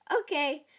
Okay